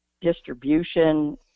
distribution